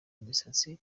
imisatsi